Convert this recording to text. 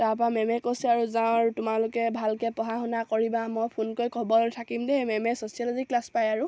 তাৰপৰা মেমে কৈছে আৰু যাওঁ আৰু তোমালোকে ভালকৈ পঢ়া শুনা কৰিবা মই ফোন কৰি খবৰ লৈ থাকিম দেই মেমে ছ'চিয়লজি ক্লাছ পায় আৰু